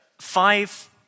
five